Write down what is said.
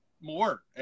more